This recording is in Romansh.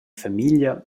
famiglia